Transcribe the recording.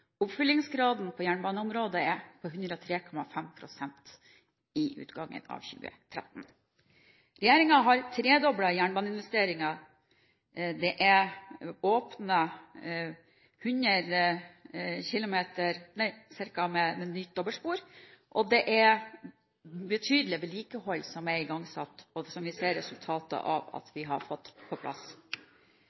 Oppfyllingsgraden på jernbaneområdet vil være på 103,5 pst. ved utgangen av 2013. Regjeringen har tredoblet jernbaneinvesteringene. Det er åpnet ca. 100 km med nytt dobbeltspor, og det er igangsatt betydelig vedlikehold, som vi ser resultater av at vi har fått på plass.